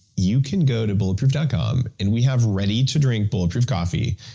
you can go to bulletproof dot com, and we have ready-to-drink bulletproof coffee.